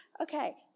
Okay